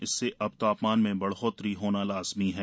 इससे अब तापमान में बढ़ोतरी होना लाजमी है